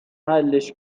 حلش